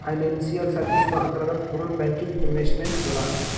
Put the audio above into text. financial service क अंतर्गत loan banking investment आवेला